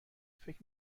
فکر